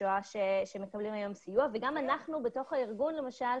השואה שמקבלים היום סיוע וגם אנחנו בתוך הארגון למשל,